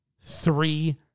three